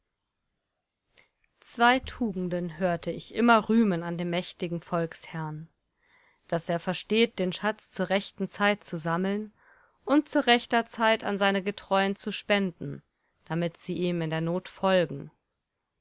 zwei tugenden hörte ich immer rühmen an dem mächtigen volksherrn daß er versteht den schatz zur rechten zeit zu sammeln und zu rechter zeit an seine getreuen zu spenden damit sie ihm in der not folgen